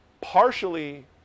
partially